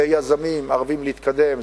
ליזמים ערבים, להתקדם.